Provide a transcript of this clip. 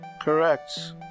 Correct